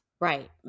Right